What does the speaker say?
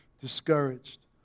discouraged